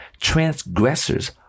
transgressors